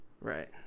Right